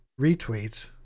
retweet